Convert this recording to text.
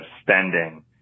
spending